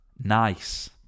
Nice